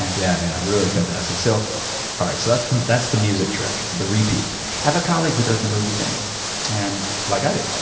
yeah yeah really fantastic. so all right. so that's the that's the music trick, the repeat. i have a colleague who does the movie thing and like i do.